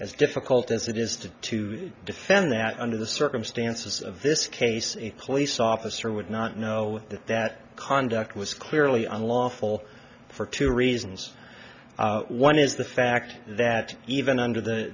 as difficult as it is to to defend that under the circumstances of this case a police officer would not know that that conduct was clearly unlawful for two reasons one is the fact that even under